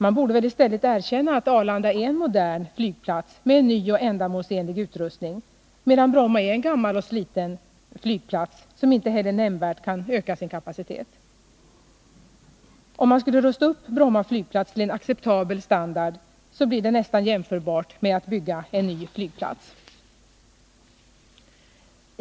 Man borde väl i stället erkänna att Arlanda är en modern flygplats med en ny och ändamålsenlig utrustning, medan Bromma är en gammal och sliten flygplats, som inte heller Nr 53 nämnvärt kan öka sin kapacitet. Om man skulle rusta upp Bromma flygplats Onsdagen den till en acceptabel standard blir det nästan jämförbart med att bygga en ny 17 december 1980 flygplats.